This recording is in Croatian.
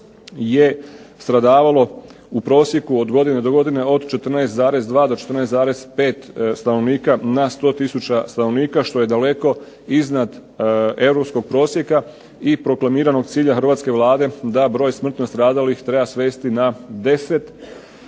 je stradavalo u prosjeku od godine do godine od 14,2 do 14,5 stanovnika na 100 tisuća stanovnika, što je daleko iznad europskog prosjeka, i proklamiranog cilja hrvatske Vlade da broj smrtno stradalih treba svesti na 10 smrtno